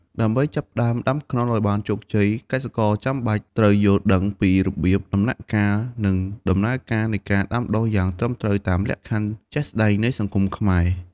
ដើម្បីចាប់ផ្តើមដាំខ្នុរឲ្យបានជោគជ័យ កសិករចាំបាច់ត្រូវយល់ដឹងពីរបៀប ដំណាក់កាល និងដំណើរការនៃការដាំដុះយ៉ាងត្រឹមត្រូវតាមលក្ខខណ្ឌជាក់ស្តែងនៃសង្គមខ្មែរ។